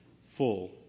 full